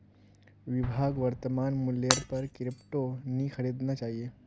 विभाक वर्तमान मूल्येर पर क्रिप्टो नी खरीदना चाहिए